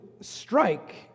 strike